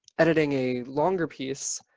editing a longer piece,